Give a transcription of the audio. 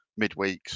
midweeks